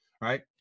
Right